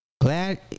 Glad